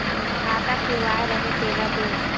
खाता खुलवाय रहे तेला देव?